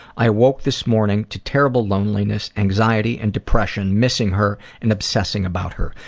i woke this morning to terrible loneliness, anxiety, and depression missing her and obsessing about her.